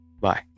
Bye